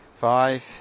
five